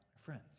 friend's